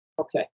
Okay